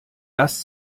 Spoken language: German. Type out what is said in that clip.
das